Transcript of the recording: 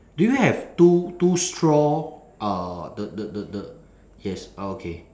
do you have two two straw uh the the the the yes orh okay